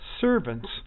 servants